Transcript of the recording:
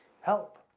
help